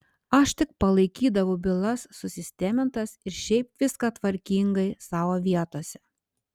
aš tik palaikydavau bylas susistemintas ir šiaip viską tvarkingai savo vietose